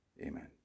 Amen